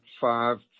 five